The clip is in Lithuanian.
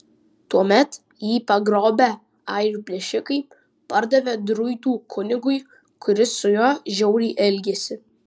tuomet jį pagrobę airių plėšikai pardavė druidų kunigui kuris su juo žiauriai elgėsi